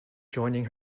joining